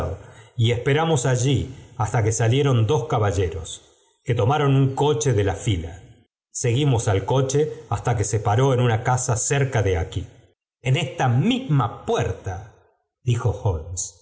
y esperamos allí hasta que salieron dos caballeros que tomaron un coche de la fila seguimos a sé hasta que se paró en una casa cerca de aquí hm esta misma puerta dijo